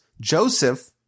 Joseph